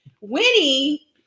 Winnie